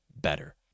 better